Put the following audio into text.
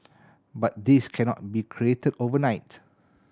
but this cannot be created overnight